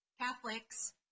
Catholics